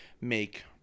make